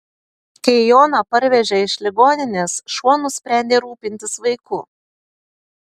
kai joną parvežė iš ligoninės šuo nusprendė rūpintis vaiku